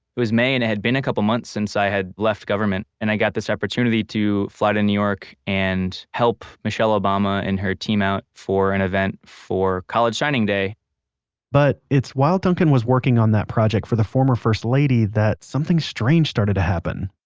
it was may and it had been a couple months since i had left government, and i got this opportunity to fly to new york and help michelle obama and her team out for an event for college signing day but it's while duncan was working on that project for the former first lady that something strange started to happen